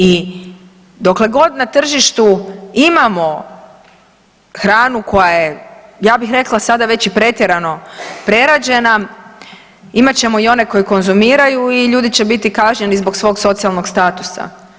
I dokle god na tržištu imamo hranu koja je ja bih rekla sada već i pretjerano prerađena imat ćemo i one koji konzumiraju i ljudi će biti kažnjeni zbog svog socijalnog statusa.